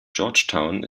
georgetown